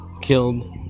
killed